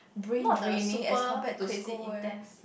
not the super crazy intense